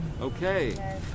Okay